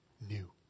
new